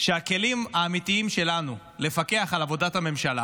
שהכלים האמיתיים שלנו לפקח על עבודת הממשלה